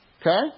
Okay